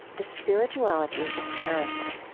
the spirituality of parenting.